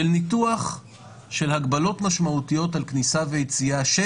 של ניתוח הגבלות משמעותיות על כניסה ויציאה של